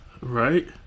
Right